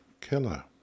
killer